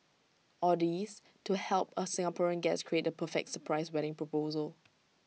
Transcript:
all this to help A Singaporean guest create the perfect surprise wedding proposal